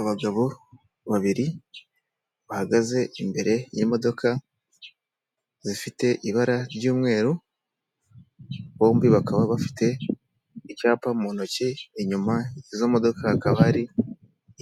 Abagabo babiri bahagaze imbere y'imodoka zifite ibara ry'umweru, bombi bakaba bafite icyapa mu ntoki, inyuma y'izo modoka hakaba hari